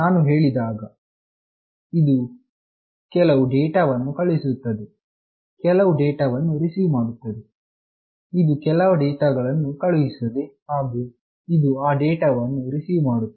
ನಾನು ಹೇಳಿದಾಗ ಇದು ಕೆಲವು ಡೇಟಾವನ್ನು ಕಳುಹಿಸುತ್ತದೆ ಕೆಲವು ಡೇಟಾವನ್ನು ರಿಸೀವ್ ಮಾಡುತ್ತದೆ ಇದು ಕೆಲವು ಡೇಟಾವನ್ನು ಕಳುಹಿಸುತ್ತದೆ ಹಾಗು ಇದು ಆ ಡೇಟಾವನ್ನು ರಿಸೀವ್ ಮಾಡುತ್ತದೆ